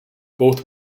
both